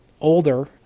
older